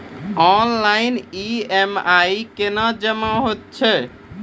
Online EMI कूना जमा हेतु छै?